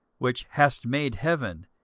which hast made heaven,